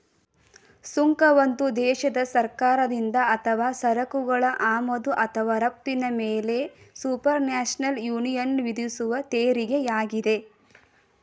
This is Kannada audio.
ಸುಂಕ ಒಂದು ದೇಶದ ಸರ್ಕಾರದಿಂದ ಅಥವಾ ಸರಕುಗಳ ಆಮದು ಅಥವಾ ರಫ್ತಿನ ಮೇಲೆಸುಪರ್ನ್ಯಾಷನಲ್ ಯೂನಿಯನ್ವಿಧಿಸುವತೆರಿಗೆಯಾಗಿದೆ